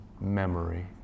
memory